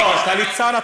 לא, לא.